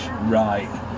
right